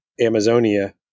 Amazonia